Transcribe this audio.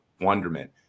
wonderment